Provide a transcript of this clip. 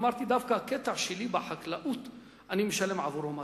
אמרתי שדווקא עבור הקטע שלי בחקלאות אני משלם מס.